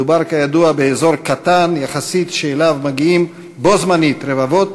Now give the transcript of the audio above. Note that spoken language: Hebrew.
מדובר כידוע באזור קטן יחסית שאליו מגיעים בו-זמנית רבבות,